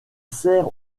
sert